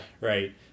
Right